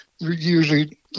Usually